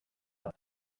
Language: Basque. bat